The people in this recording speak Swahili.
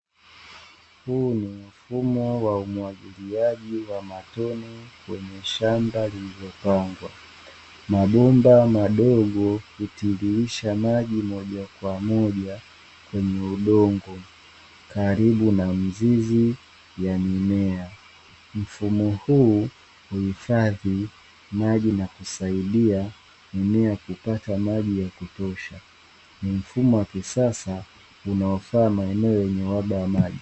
Huu ni mfumo wa umwagiliaji wa matone kwenye shamba lililopandwa, mabomba madogo ya kitiririsha maji moja kwa moja kwenye udongo karibu na mzizi ya mimea. Mfumo huu huhifadhi maji na kusaidia mimea kupata maji ya kutosha. Ni mfumo wa kisasa unaofaa maeneo yenye uhaba wa maji.